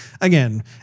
Again